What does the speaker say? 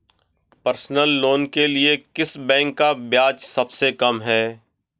Personal loan के लिए किस बैंक का ब्याज सबसे कम है?